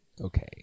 Okay